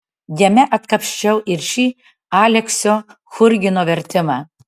jame atkapsčiau ir šį aleksio churgino vertimą